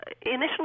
initially